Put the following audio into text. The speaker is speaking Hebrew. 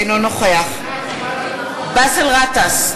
אינו נוכח באסל גטאס,